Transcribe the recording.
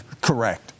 Correct